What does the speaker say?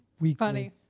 weekly